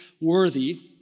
worthy